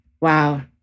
Wow